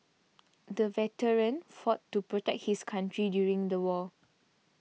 the veteran fought to protect his country during the war